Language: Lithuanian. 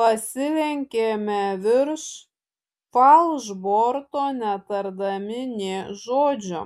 pasilenkėme virš falšborto netardami nė žodžio